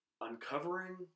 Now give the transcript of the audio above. uncovering